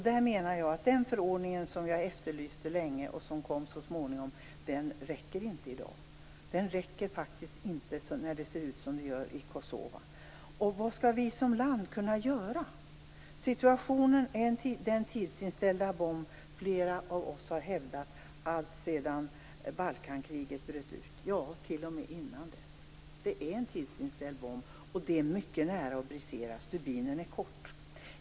Jag menar att den förordning som jag länge efterlyste och som så småningom kom inte räcker i dag. Den räcker faktiskt inte när det ser ut som det gör i Kosova. Vad skall vi som land kunna göra? Situationen är en tidsinställd bomb, som flera av oss har hävdat alltsedan Balkankriget bröt ut, t.o.m. innan dess. Det är en tidsinställd bomb, och den är mycket nära att brisera. Stubinen är kort.